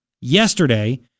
yesterday